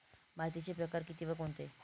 मातीचे प्रकार किती व कोणते?